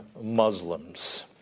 Muslims